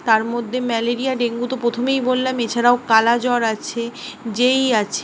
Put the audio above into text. তার মধ্যে malaria dengue তো প্রথমেই বললাম এছাড়াও কালাজ্বর আছে যেই আছে